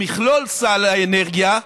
במכלול סל האנרגיה,